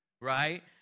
right